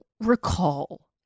recall